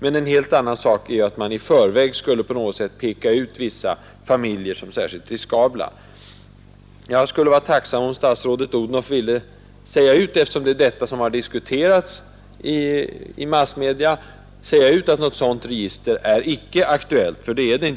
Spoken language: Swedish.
En helt annan sak är att i förväg på något sätt peka ut vissa familjer som särskilt riskabla. Jag skulle vara tacksam om statsrådet Odhnoff ville säga ut, eftersom det är detta som har diskuterats i massmedia, att något sådant register icke är aktuellt.